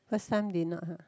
first time did not [huh]